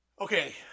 Okay